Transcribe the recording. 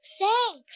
thanks